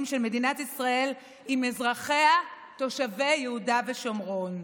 של מדינת ישראל עם אזרחיה תושבי יהודה ושומרון.